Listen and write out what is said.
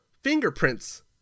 Fingerprints